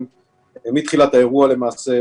מתחילת האירוע למעשה,